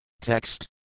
Text